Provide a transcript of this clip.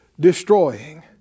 destroying